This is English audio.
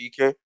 DK